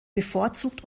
bevorzugt